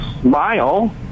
smile